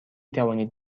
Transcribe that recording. توانید